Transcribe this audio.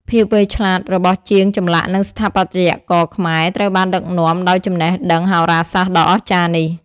ភាពវៃឆ្លាតរបស់ជាងចម្លាក់និងស្ថាបត្យករខ្មែរត្រូវបានដឹកនាំដោយចំណេះដឹងហោរាសាស្ត្រដ៏អស្ចារ្យនេះ។